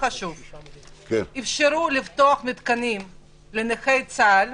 אפשרו לפתוח מתקנים לנכי צה"ל,